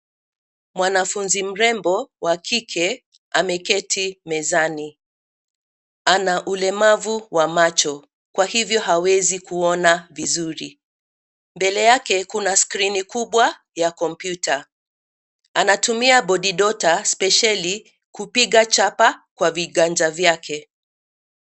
Mwanafunzi mrembo wa kike ameketi mezani. Ana ulemavu wa macho kwa hivyo hawezi kuona vizuri. Mbele yake kuna skrini kubwa ya kompyuta. Anatumia Body dotter spesheli kupiga chapa kwa viganja vyake.